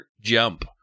Jump